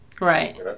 Right